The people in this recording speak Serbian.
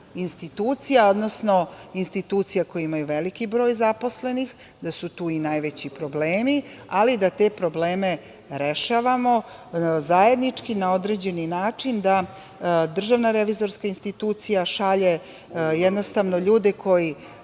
institucija, odnosno institucija koje imaju veliki broj zaposlenih, da su tu i najveći problemi, ali da te probleme rešavamo zajednički, na određeni način da DRI šalje ljude koji